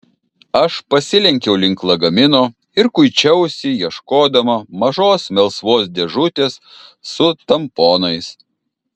aš pasilenkiau link lagamino ir kuičiausi ieškodama mažos melsvos dėžutės su tamponais